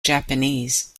japanese